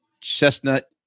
Chestnut